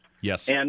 Yes